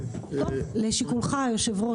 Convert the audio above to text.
פרקש.